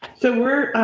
so, we're,